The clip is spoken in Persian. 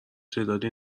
تعدادی